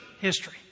history